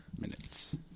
minutes